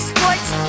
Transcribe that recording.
Sports